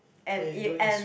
and it and